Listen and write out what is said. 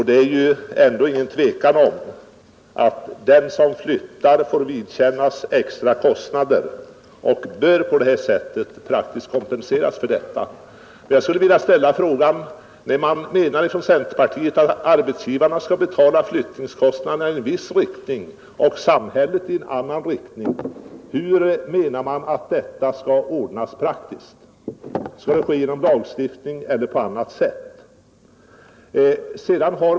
Det är ändå inget tvivel om att den som flyttar får vidkännas extra kostnader och bör kompenseras på detta sätt. Jag skulle vilja ställa frågan: När man från centerpartiet menar att arbetsgivarna skall betala flyttningskostnaderna i en viss riktning och samhället i en annan riktning, hur menar man att detta skall ordnas praktiskt? Skall det ske genom lagstiftning eller på annat sätt?